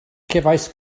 cefais